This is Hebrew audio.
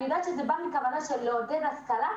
אני יודעת שזה בא מכוונה של לעודד השכלה.